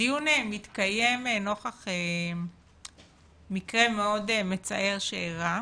הדיון מתקיים נוכח מקרה מאוד מצער שאירע,